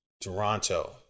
Toronto